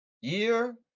Year